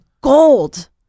gold